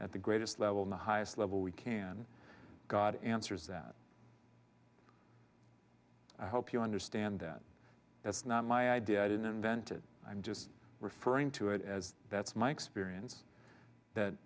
at the greatest level no highest level we can god answers that i hope you understand that that's not my idea i didn't invent it i'm just referring to it as that's my experience that